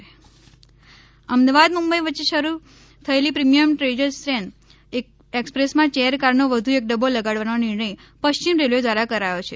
Tejas train Ahmedabad Mumbai વચ્ચે શરૂ થયેલી પ્રીમિયમ ટ્રેન તેજસ એક્સપ્રેસમાં ચેર કારનો વધુ એક ડબ્બો લગાડવાનો નિર્ણય શ્રિમ રેલ્વે દ્વારા કરાથો છે